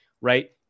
right